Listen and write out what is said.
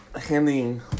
handing